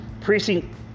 precinct